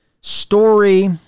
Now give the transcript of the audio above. story